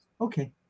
Okay